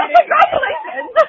congratulations